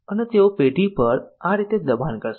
અને તેઓ પેઢી પર આ રીતે દબાણ કરશે